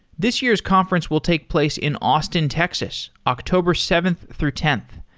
this year's conference will take place in austin, texas, october seventh through tenth,